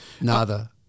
nada